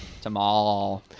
Tomorrow